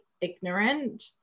ignorant